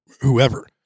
whoever